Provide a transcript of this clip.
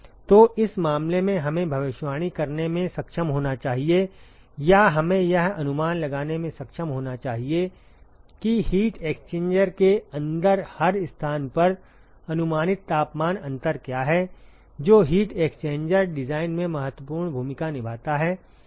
तो इस मामले में हमें भविष्यवाणी करने में सक्षम होना चाहिए या हमें यह अनुमान लगाने में सक्षम होना चाहिए कि हीट एक्सचेंजर के अंदर हर स्थान पर अनुमानित तापमान अंतर क्या है जो हीट एक्सचेंजर डिजाइन में महत्वपूर्ण भूमिका निभाता है